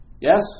Yes